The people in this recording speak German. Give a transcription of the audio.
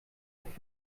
auf